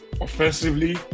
offensively